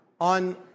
On